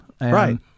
Right